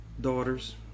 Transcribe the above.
daughters